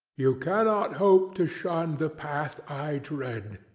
you cannot hope to shun the path i tread.